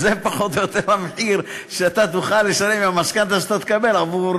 זה פחות או יותר המחיר שאתה תוכל לשלם עם המשכנתה שאתה תקבל עבור